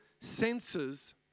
senses